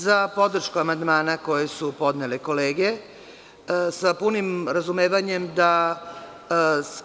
Za podršku amandmana koji su podnele kolege sa punim razumevanjem da